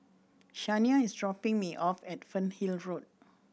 Shania is dropping me off at Fernhill Road